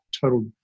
total